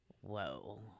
Whoa